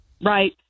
right